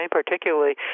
particularly